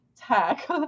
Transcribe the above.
tech